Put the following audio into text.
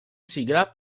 sigla